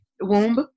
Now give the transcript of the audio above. womb